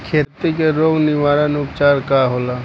खेती के रोग निवारण उपचार का होला?